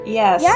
yes